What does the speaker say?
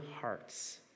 hearts